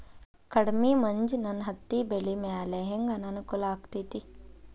ಕಡಮಿ ಮಂಜ್ ನನ್ ಹತ್ತಿಬೆಳಿ ಮ್ಯಾಲೆ ಹೆಂಗ್ ಅನಾನುಕೂಲ ಆಗ್ತೆತಿ?